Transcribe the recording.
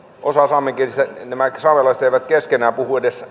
osa saamenkielisistä ei keskenään puhu edes